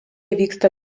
vyksta